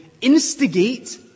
instigate